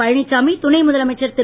பழனிசாமி துணை முதலமைச்சர் திரு